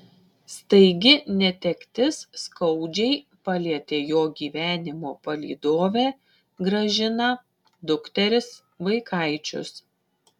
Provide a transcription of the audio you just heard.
staigi netektis skaudžiai palietė jo gyvenimo palydovę gražiną dukteris vaikaičius